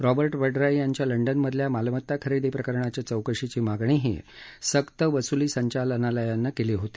Robert Vadra यांच्या लंडनमधल्या मालमत्ता खरेदी प्रकरणाच्या चौकशीची मागणीही सक्त वसूली संचालनालयानं केली होती